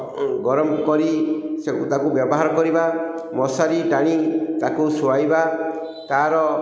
ଗରମ କରି ତାକୁ ବ୍ୟବହାର କରିବା ମଶାରି ଟାଣି ତାକୁ ଶୁଆଇବା ତାର